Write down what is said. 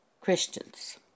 Christians